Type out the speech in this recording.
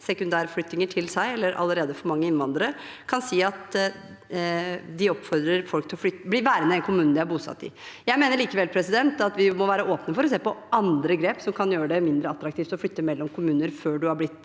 sekundærflyttinger til seg, eller allerede for mange innvandrere, kan si at de oppfordrer folk til å bli værende i den kommunen de er bosatt i. Jeg mener likevel at vi må være åpne for å se på andre grep som kan gjøre det mindre attraktivt å flytte mellom kommuner før man har blitt